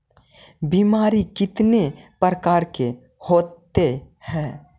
बीमारी कितने प्रकार के होते हैं?